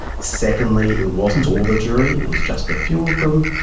secondly, it wasn't all the jury, it was just a few of them.